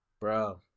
Bro